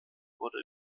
wurde